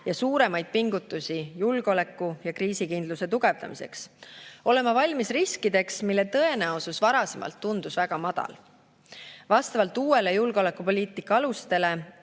ja suuremaid pingutusi julgeoleku ja kriisikindluse tugevdamiseks, olema valmis riskideks, mille tõenäosus varem tundus väga väike. Vastavalt uutele julgeolekupoliitika alustele